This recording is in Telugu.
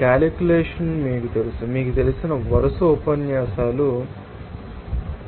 కాలిక్యూలేషన్ మీకు తెలుసు మీకు తెలిసిన వరుస ఉపన్యాసాలు మీకు తెలుసు